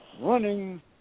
running